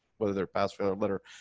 whether they're pass fail or letter.